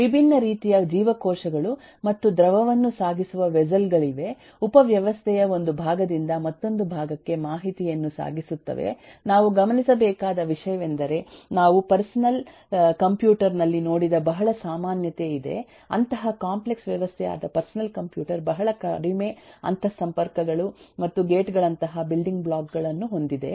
ವಿಭಿನ್ನ ರೀತಿಯ ಜೀವಕೋಶಗಳು ಮತ್ತು ದ್ರವವನ್ನು ಸಾಗಿಸುವ ವೆಸ್ಸೆಲ್ ಗಳಿವೆ ಉಪವ್ಯವಸ್ಥೆಯ ಒಂದು ಭಾಗದಿಂದ ಮತ್ತೊಂದು ಭಾಗಕ್ಕೆ ಮಾಹಿತಿಯನ್ನು ಸಾಗಿಸುತ್ತವೆ ನಾವು ಗಮನಿಸಬೇಕಾದ ವಿಷಯವೆಂದರೆ ನಾವು ಪರ್ಸನಲ್ ಕಂಪ್ಯೂಟರ್ ನಲ್ಲಿ ನೋಡಿದ ಬಹಳ ಸಾಮಾನ್ಯತೆ ಇದೆ ಅಂತಹ ಕಾಂಪ್ಲೆಕ್ಸ್ ವ್ಯವಸ್ಥೆಯಾದ ಪರ್ಸನಲ್ ಕಂಪ್ಯೂಟರ್ ಬಹಳ ಕಡಿಮೆ ಅಂತರ್ಸಂಪರ್ಕಗಳು ಮತ್ತು ಗೇಟ್ ಗಳಂತಹ ಬಿಲ್ಡಿಂಗ್ ಬ್ಲಾಕ್ಗಳು ಗಳನ್ನು ಹೊಂದಿದೆ